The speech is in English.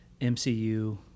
MCU